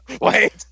wait